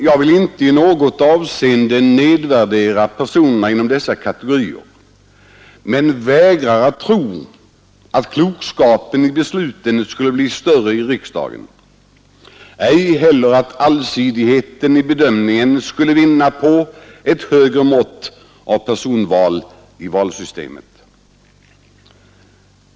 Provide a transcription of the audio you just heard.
Jag vill inte här i något avseende nedvärdera personerna inom dessa kategorier men vägrar att tro att klokskapen i besluten skulle bli större i riksdagen eller att allsidigheten i bedömningen skulle vinna på ett högre mått av personval i valsystemet.